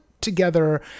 together